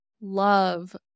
love